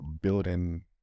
building